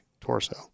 torso